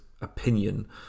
opinion